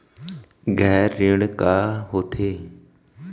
गैर ऋण का होथे?